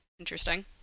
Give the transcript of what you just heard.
Interesting